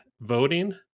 voting